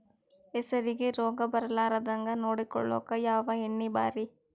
ಹೆಸರಿಗಿ ರೋಗ ಬರಲಾರದಂಗ ನೊಡಕೊಳುಕ ಯಾವ ಎಣ್ಣಿ ಭಾರಿ?